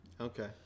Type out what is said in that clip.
Okay